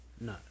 no